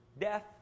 death